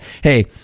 hey